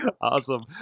Awesome